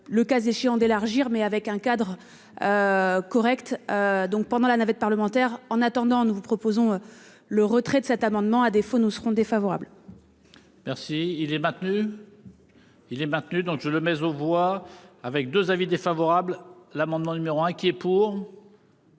Le cas échéant d'élargir mais avec un cadre. Correct. Donc pendant la navette parlementaire. En attendant, nous vous proposons le retrait de cet amendement. À défaut, nous serons défavorable. Merci. Il est battu. Il est pas. Donc je le mais voix avec 2 avis défavorables l'amendement numéro inquiet pour.